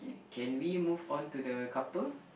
can we move on to the couple